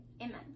amen